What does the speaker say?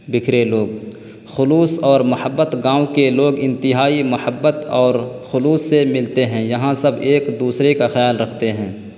بکھرے لوگ خلوص اور محبت گاؤں کے لوگ انتہائی محبت اور خلوص سے ملتے ہیں یہاں سب ایک دوسرے کا خیال رکھتے ہیں